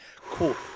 Cool